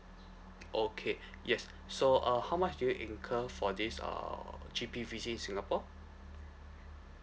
okay yes so uh how much do you incur for this uh G_P visit in singapore